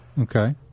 Okay